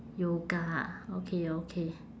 yoga ah okay okay